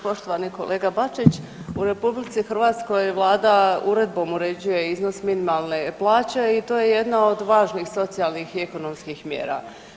Poštovani kolega Bačić, u RH vlada uredbom uređuje iznos minimalne plaće i to je jedna od važnih socijalnih i ekonomskih mjera.